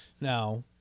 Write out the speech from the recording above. Now